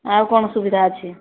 ଆଉ କ'ଣ ସୁବିଧା ଅଛି